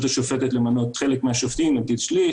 השופטת למנות חלק מהשופטים נגיד שליש.